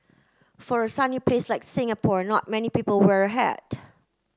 for a sunny place like Singapore not many people wear a hat